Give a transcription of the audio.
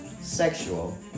sexual